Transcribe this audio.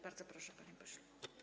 Bardzo proszę, panie pośle.